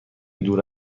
دور